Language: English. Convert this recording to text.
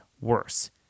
worse